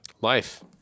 Life